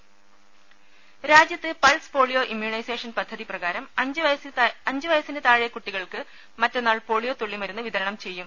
ദ്ദേ രാജ്യത്ത് pulse polio immunisation പദ്ധതി പ്രകാരം അഞ്ച് വയസ്സിന് താഴെ കുട്ടികൾക്ക് മറ്റന്നാൾ പോളിയോ തുള്ളിമരുന്ന് വിതരണം ചെയ്യും